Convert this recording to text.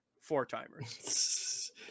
four-timers